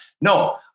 no